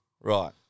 Right